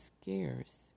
scarce